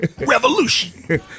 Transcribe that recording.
revolution